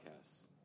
podcasts